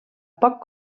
poc